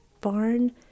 barn